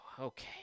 Okay